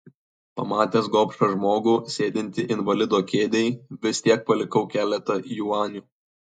pamatęs gobšą žmogų sėdintį invalido kėdėj vis tiek palikau keletą juanių